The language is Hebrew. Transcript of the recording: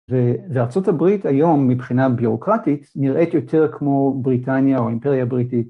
‫וארצות הברית היום מבחינה ביורוקרטית ‫נראית יותר כמו בריטניה או האימפריה הבריטית.